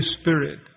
Spirit